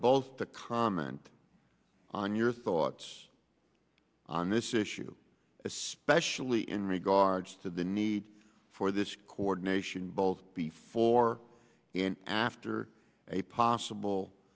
both to comment on your thoughts on this issue especially in regards to the need for this coordination both before and after a possible